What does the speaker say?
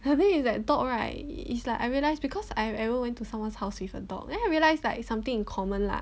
I mean it's like dog right it's like I realize because I've ever went to someone's house with a dog then I realise like it's something in common lah